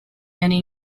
many